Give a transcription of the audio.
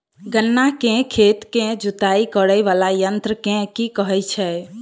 गन्ना केँ खेत केँ जुताई करै वला यंत्र केँ की कहय छै?